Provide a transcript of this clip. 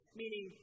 meaning